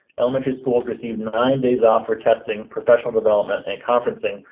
elementary schools received nine days off for testing professional development and conferencing,